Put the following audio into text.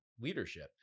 leadership